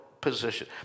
position